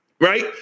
Right